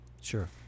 Sure